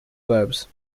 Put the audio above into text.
verbs